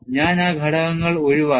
ഞാൻ ആ ഘട്ടങ്ങൾ ഒഴിവാക്കി